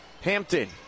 Hampton